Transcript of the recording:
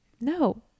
No